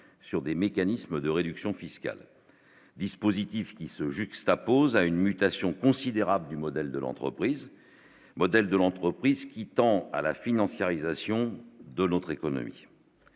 sur des mécanismes de réduction fiscale, dispositif qui se juxtapose à une mutation considérable du modèle de l'entreprise modèle de l'entreprise qui tend à la financiarisation de l'autre économique.